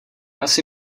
asi